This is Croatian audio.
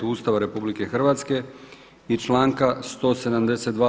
Ustava RH i članka 172.